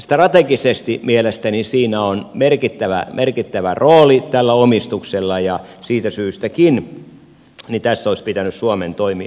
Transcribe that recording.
strategisesti mielestäni siinä on merkittävä rooli tällä omistuksella ja siitäkin syystä tässä olisi pitänyt suomen toimia